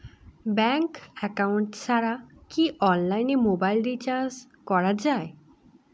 Bank account ছাড়া কি অনলাইনে মোবাইল রিচার্জ করা যায়?